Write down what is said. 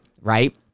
right